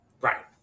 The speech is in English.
Right